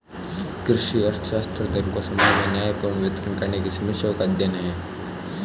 कृषि अर्थशास्त्र, धन को समाज में न्यायपूर्ण वितरण करने की समस्याओं का अध्ययन है